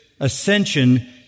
ascension